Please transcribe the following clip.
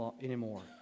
anymore